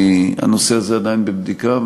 הנושא הזה עדיין בבדיקה,